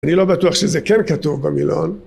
אני לא בטוח שזה כן כתוב במילון.